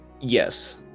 Yes